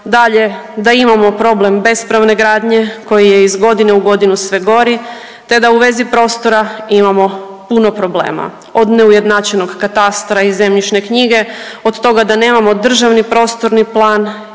dalje da imamo problem bespravne gradnje koji je iz godine u godinu sve gori te da u vezi prostora imamo puno problema od neujednačenog katastra i zemljišne knjige, od toga da nemamo državni prostorni plan